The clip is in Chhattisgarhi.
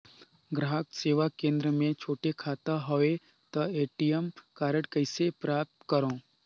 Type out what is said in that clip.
ग्राहक सेवा केंद्र मे छोटे खाता हवय त ए.टी.एम कारड कइसे प्राप्त करव?